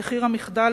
מחיר המחדל,